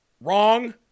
wrong